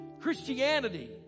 Christianity